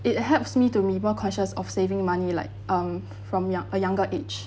it helps me to be more cautious of saving money like um from young a younger age